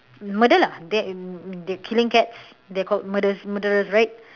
murder lah that the killing cats they're called murders murderers right